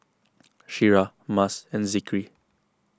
Syirah Mas and Zikri